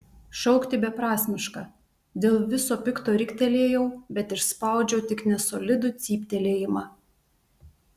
šaukti beprasmiška dėl viso pikto riktelėjau bet išspaudžiau tik nesolidų cyptelėjimą